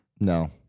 No